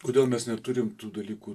kodėl mes neturim tų dalykų